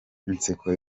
inseko